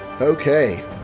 Okay